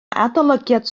adolygiad